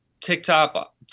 TikTok